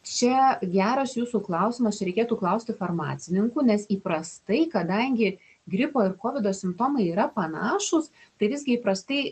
šie geras jūsų klausimas čia reikėtų klausti farmacininkų nes įprastai kadangi gripo ir kovido simptomai yra panašūs tai visgi įprastai